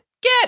Get